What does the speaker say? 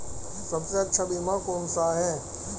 सबसे अच्छा बीमा कौन सा है?